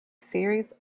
series